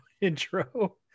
intro